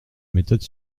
méthode